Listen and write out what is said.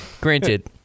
Granted